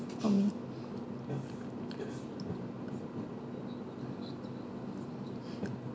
for me